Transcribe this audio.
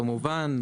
כמובן,